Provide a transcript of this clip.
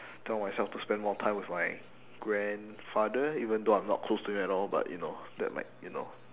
tell myself to spend more time with my grandfather even though I'm not close to him at all but you know that might you know